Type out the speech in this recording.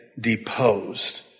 deposed